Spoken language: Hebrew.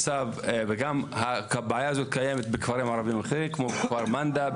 וגם הבעיה הזאת קיימת בכפרים ערבים אחרים כמו כפר מנדא,